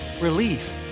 relief